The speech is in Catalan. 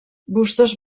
bustos